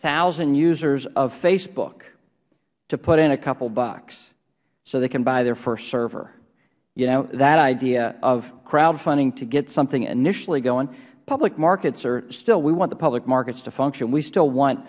thousand users of facebook to put in a couple bucks so they can buy their first server you know that idea of crowdfunding to get something initially going public markets areh still we want the public markets to function we still want